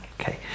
okay